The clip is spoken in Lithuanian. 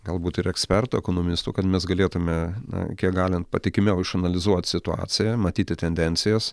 galbūt ir ekspertų ekonomistų kad mes galėtume na kiek galint patikimiau išanalizuot situaciją matyti tendencijas